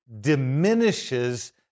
diminishes